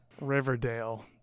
Riverdale